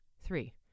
Three